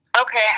Okay